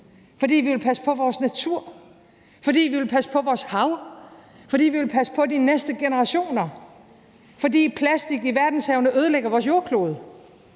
fordi vi vil passe på vores natur, fordi vi vil passe på vores hav, fordi vi vil passe på de næste generationer, fordi plastik i verdenshavene ødelægger vores jordklode.